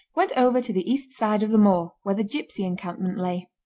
went over to the east side of the moor, where the gipsy encampment lay.